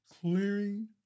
clearing